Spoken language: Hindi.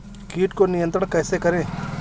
कीट को नियंत्रण कैसे करें?